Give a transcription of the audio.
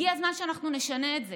הגיע הזמן שנשנה את זה,